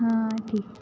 हां ठीक